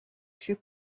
fut